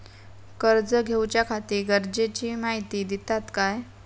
कर्ज घेऊच्याखाती गरजेची माहिती दितात काय?